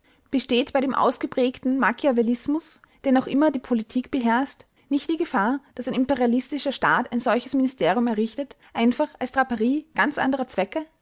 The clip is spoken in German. besteht bei dem ausgeprägten machiavellismus der noch immer die politik beherrscht nicht die gefahr daß ein imperialistischer staat ein solches ministerium errichtet einfach als draperie ganz anderer zwecke